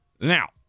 Now